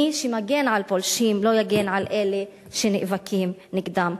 מי שמגן על פולשים לא יגן על אלה שנאבקים נגדם.